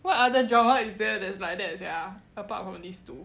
what other genre is there that's like that sia apart from this two